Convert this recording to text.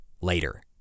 Later